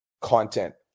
content